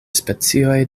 specioj